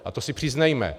A to si přiznejme.